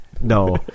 no